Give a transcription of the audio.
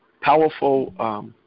powerful